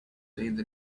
either